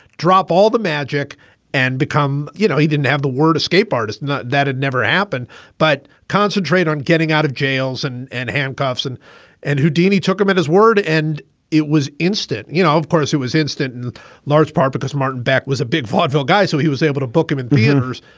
drop all the magic and become, you know, he didn't have the word escape artist that had never happened but concentrate on getting out of jails and and handcuffs and and houdini took him at his word. and it was instant, you know, of course, it was instant in large part because martin beck was a big vaudeville guy. so he was able to book him in the universe.